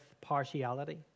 partiality